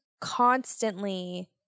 constantly